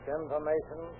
information